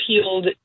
appealed